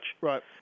Right